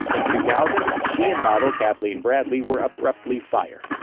in two thousand she and model kathleen bradley were abruptly fired.